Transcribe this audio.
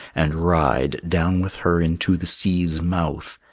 and ride down with her into the sea's mouth,